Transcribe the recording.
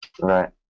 Right